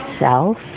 self